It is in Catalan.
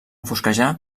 fosquejar